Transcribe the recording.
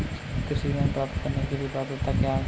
कृषि ऋण प्राप्त करने की पात्रता क्या है?